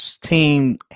team